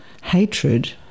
hatred